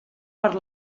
per